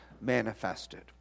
manifested